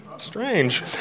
Strange